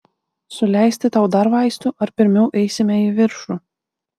suleisti tau dar vaistų ar pirmiau eisime į viršų